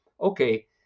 Okay